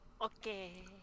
okay